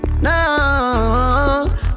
No